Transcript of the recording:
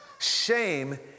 Shame